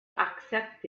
accept